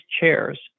chairs